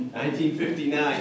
1959